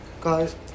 Guys